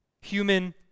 Human